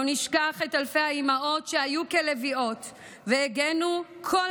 לא נשכח את אלפי האימהות שהיו כלביאות והגנו מכל רע כל